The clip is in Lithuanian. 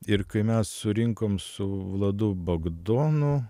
ir kai mes surinkom su vladu bagdonu